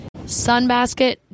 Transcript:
Sunbasket